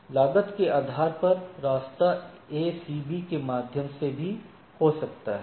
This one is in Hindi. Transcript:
लागत के आधार पर रास्ता ए सी बी के माध्यम से भी हो सकता है